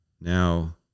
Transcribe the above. now